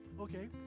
Okay